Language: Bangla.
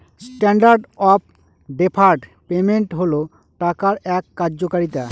স্ট্যান্ডার্ড অফ ডেফার্ড পেমেন্ট হল টাকার এক কার্যকারিতা